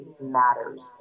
matters